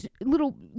little